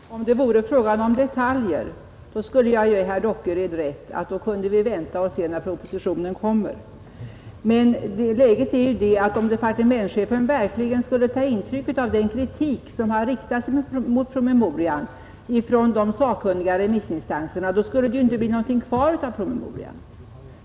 Herr talman! Ja, vore det fråga om detaljer skulle jag ge herr Dockered rätt; då kunde vi vänta till dess propositionen läggs fram. Men om departementschefen verkligen tar intryck av den kritik som riktats mot promemorian från de sakkunniga remissinstanserna, så blir det inte något kvar av den.